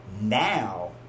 Now